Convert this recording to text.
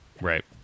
right